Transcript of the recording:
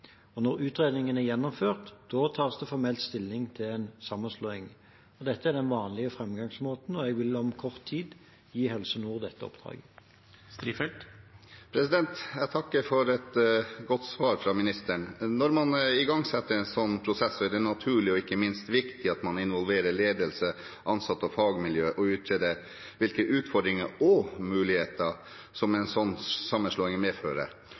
Når utredningen er gjennomført, tas det formelt stilling til en sammenslåing. Dette er den vanlige framgangsmåten, og jeg vil om kort tid gi Helse Nord dette oppdraget. Jeg takker for et godt svar fra ministeren. Når man igangsetter en slik prosess, er det naturlig og ikke minst viktig at man involverer ledelse, ansatte og fagmiljø og utreder hvilke utfordringer og muligheter som en slik sammenslåing medfører,